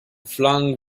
flung